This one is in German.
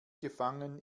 gefangen